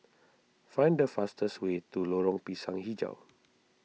find the fastest way to Lorong Pisang HiJau